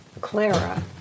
Clara